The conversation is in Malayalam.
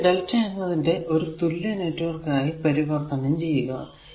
ഇനി ഈ lrmΔ എന്നതിനെ ഒരു തുല്യ നെറ്റ്വർക്ക് ആയി പരിവർത്തനം ചെയ്യുക